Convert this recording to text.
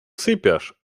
sypiasz